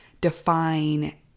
define